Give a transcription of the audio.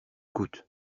coûte